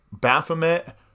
Baphomet